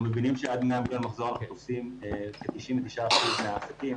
אנחנו מבינים שעד 100 מיליון תופסים כ- 99% מהעסקים